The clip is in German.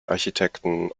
architekten